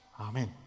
amen